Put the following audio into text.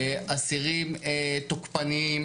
אסירים תוקפניים